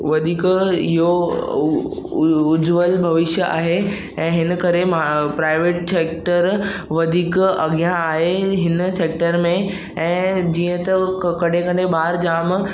वधीक जो उहो उहो उज्जवल भविष्य आहे ऐं इनकरे मां प्राइवेट सेक्टर वधीक अॻियां आहे हिन सेक्टर में ऐं जीअं त क कॾहिं कॾहिं ॿार जाम